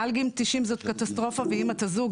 מעל גיל 90 זאת קטסטרופה ואם אתה זוג,